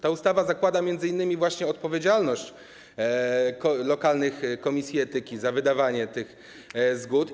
Ta ustawa zakłada m.in. odpowiedzialność lokalnych komisji etyki za wydawanie tych zgód.